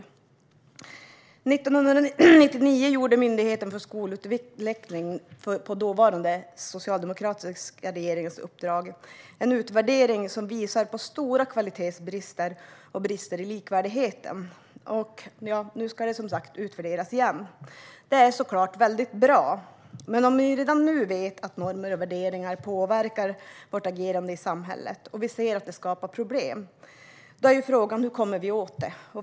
År 1999 gjorde Myndigheten för skolutveckling på den dåvarande socialdemokratiska regeringens uppdrag en utvärdering som visade på stora kvalitetsbrister och brister i likvärdigheten. Nu ska det som sagt utvärderas igen. Det är såklart väldigt bra, men om vi redan vet att normer och värderingar påverkar vårt agerande i samhället - och ser att det skapar problem - är ju frågan hur vi kommer åt det.